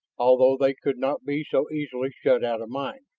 although they could not be so easily shut out of mind.